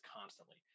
constantly